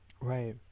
Right